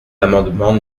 l’amendement